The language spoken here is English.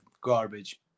garbage